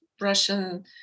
Russian